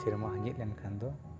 ᱥᱮᱨᱢᱟ ᱦᱟᱹᱡᱤᱫ ᱞᱮᱱᱠᱷᱟᱱ ᱫᱚ